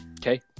okay